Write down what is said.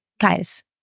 guys